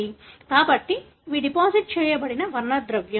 కాబట్టి ఇవి డిపాజిట్ చేయబడిన వర్ణద్రవ్యం